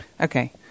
Okay